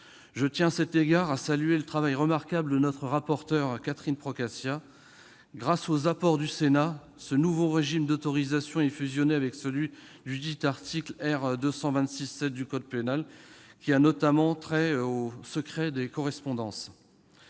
je tiens à saluer le travail remarquable de notre rapporteur, Catherine Procaccia. Grâce aux apports du Sénat, ce nouveau régime d'autorisation est fusionné avec celui de l'article R. 226-7 du code pénal qui a notamment trait au secret des correspondances.